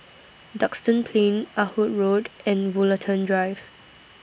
Duxton Plain Ah Hood Road and Woollerton Drive